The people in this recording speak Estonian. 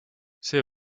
see